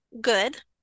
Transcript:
good